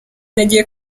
nagiye